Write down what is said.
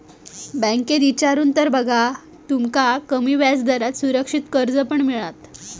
बँकेत इचारून तर बघा, तुमका कमी व्याजदरात सुरक्षित कर्ज पण मिळात